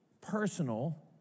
personal